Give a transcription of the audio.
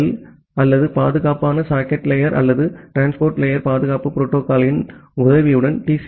L அல்லது பாதுகாப்பான socket layer அல்லது டிரான்ஸ்போர்ட் லேயர் பாதுகாப்பு புரோட்டோகால்களின் உதவியுடன் டி